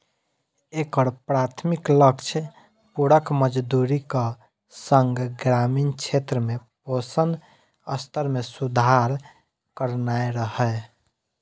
एकर प्राथमिक लक्ष्य पूरक मजदूरीक संग ग्रामीण क्षेत्र में पोषण स्तर मे सुधार करनाय रहै